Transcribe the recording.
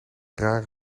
rare